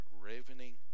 ravening